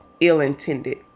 ill-intended